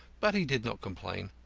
but he did not complain.